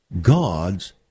God's